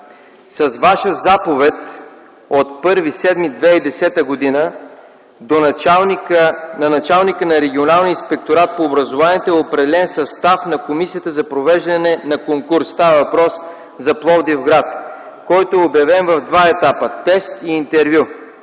С Ваша заповед от 1.07.2010 г. до началника на Регионалния инспекторат по образованието е определен състав на комисията за провеждане на конкурс, става въпрос за Пловдив-град, който е обявен в два етапа – тест и интервю.